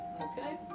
okay